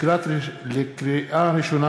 לקריאה ראשונה,